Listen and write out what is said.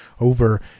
over